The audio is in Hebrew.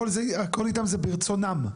הכול איתם זה ברצונם,